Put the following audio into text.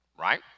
right